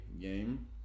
game